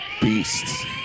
beasts